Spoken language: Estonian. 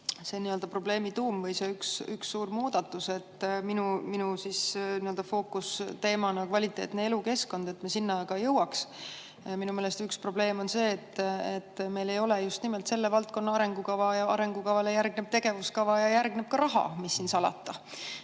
olla probleemi tuum või see üks suur muudatus? Minu fookusteema on kvaliteetne elukeskkond, et me sinna ka jõuaks. Minu meelest üks probleem on see, et meil ei ole just nimelt selle valdkonna arengukava. Ja arengukavale järgneb tegevuskava ja järgneb ka raha, mis siin salata.